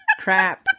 crap